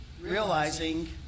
realizing